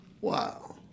Wow